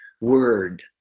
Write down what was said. word